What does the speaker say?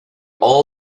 all